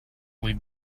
leave